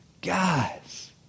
Guys